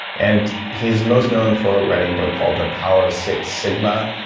and he is most known for writing a book called the power of six sigma.